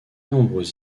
nombreux